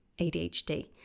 ADHD